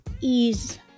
ease